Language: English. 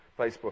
facebook